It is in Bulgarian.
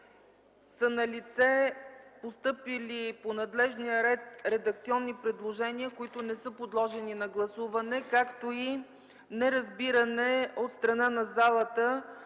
са налице постъпили по надлежния ред редакционни предложения, които не са подложени на гласуване, както и неразбиране от страна на залата